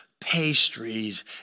pastries